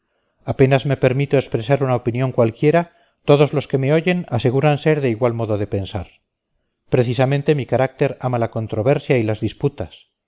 apenas me permito expresar una opinión cualquiera todos los que me oyen aseguran ser de igual modo de pensar precisamente mi carácter ama la controversia y las disputas